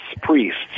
priests